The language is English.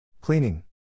Cleaning